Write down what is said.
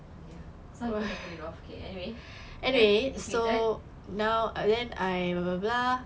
ya some people can put it off okay anyway then you tweeted